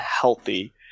healthy